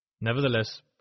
Nevertheless